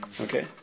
Okay